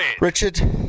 Richard